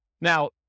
Now